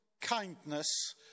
kindness